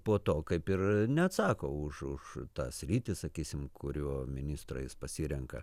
po to kaip ir neatsako už už tą sritį sakysim kurio ministrą jis pasirenka